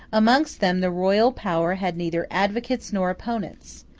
amongst them the royal power had neither advocates nor opponents.